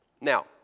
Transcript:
Now